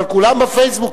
אבל כולם ב"פייסבוק".